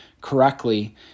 correctly